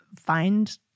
find